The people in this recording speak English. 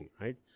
right